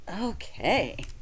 okay